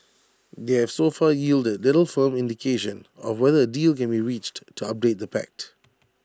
they have so far yielded little firm indication of whether A deal can be reached to update the pact